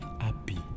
happy